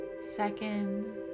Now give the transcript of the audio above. second